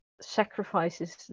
sacrifices